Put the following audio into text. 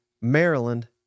maryland